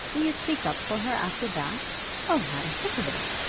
will you speak up for her after that? oh, harry, think of it.